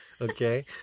Okay